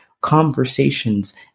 conversations